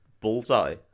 bullseye